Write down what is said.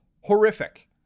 Horrific